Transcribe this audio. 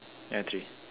yeah three